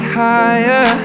higher